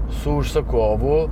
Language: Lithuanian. su užsakovu